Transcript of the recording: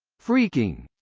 phreaking